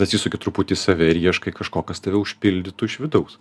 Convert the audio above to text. atsisuki truputį į save ir ieškai kažko kas tave užpildytų iš vidaus